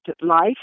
life